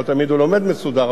לא תמיד הוא לומד מסודר,